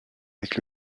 avec